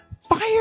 fire